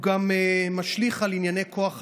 הוא גם משליך על ענייני כוח אדם.